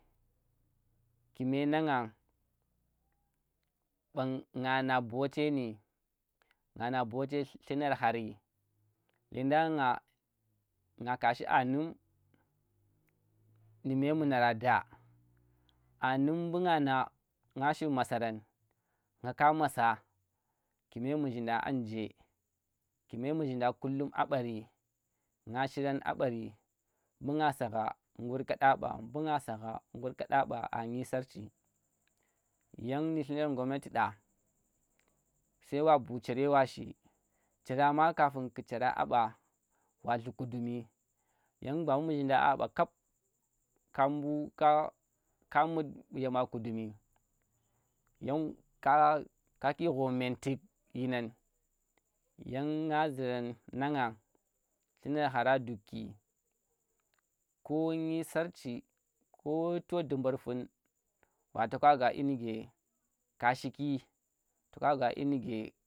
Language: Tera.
Kime nanga ɓang nga haa nboogzni nga na boote llunar hari lengda na nga kashi anum ndi memunara, daa anum mbu nga na nga shim masarang nga ka masa kume muzhinda anje kume muzhinda kullum a ɓari nga shirana a ɓari mbu nga sagha ngur ka ɗa ɓa mbu nga sagha ngur kaɗa ɓa amyi sarchi yan nu llunar gomnati ɗa? sai wa buu chera wa shi chera ma kafun ku chereng a ɓa wa llee kudummi yan ba mbu mazhinda a ɓaa kap ka mbu ka mud yame kudumi yan ka ka ke ghoo men tuk yinang yan nga zuran nangan llunar hara dukki ko nyi sarchi ko to dambur fun ba to ka gwa yinika ka shikki to ka gwa yinike